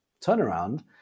turnaround